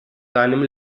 seinem